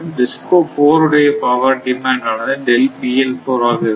DISCO 4 உடைய power demand ஆனது ஆக இருக்கும்